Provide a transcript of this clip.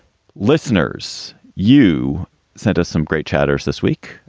listeners, you sent us some great chatters this week,